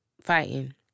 fighting